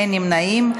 אין נמנעים.